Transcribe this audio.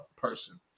person